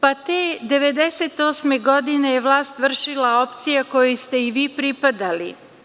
Pa, te 1998. godine vlast je vršila opcija kojoj ste i vi pripadali.